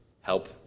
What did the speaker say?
Help